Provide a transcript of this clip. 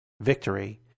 victory